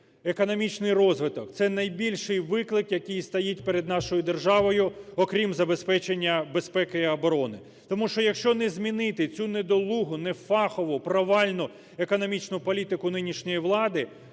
Економічний розвиток – це найбільший виклик, який стоїть перед нашою державою, окрім забезпечення безпеки і оборони, тому що якщо не змінити цю недолугу, нефахову, провальну економічну політику нинішньої влади,